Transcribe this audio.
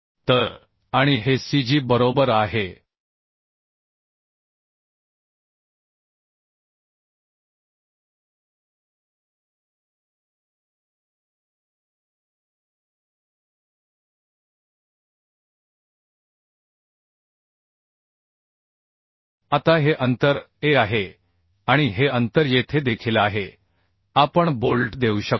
तर आणि हे cg बरोबर आहे आता हे अंतर a आहे आणि हे अंतर येथे देखील आहे आपण बोल्ट देऊ शकतो